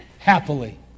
happily